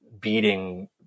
beating